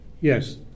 Yes